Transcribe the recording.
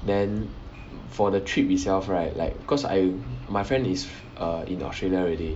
then for the trip itself right like cause I my friend is err in australia already